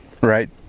Right